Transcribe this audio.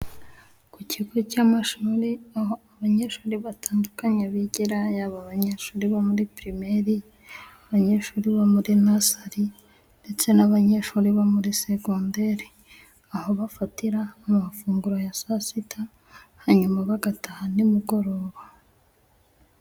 Ku kigo cy'amashuri aho abanyeshuri batandukanye bigira Yaba banyeshuri bo muri pirimeri abanyeshuri bo muri nasari ndetse n'abanyeshuri bo muri segonderi aho bafatira mu mafunguro ya saa sita hanyuma bagataha nimugoroba.